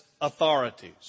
authorities